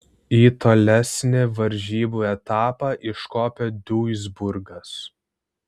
į tolesnį varžybų etapą iškopė duisburgas